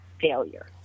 failure